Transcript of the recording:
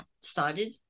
started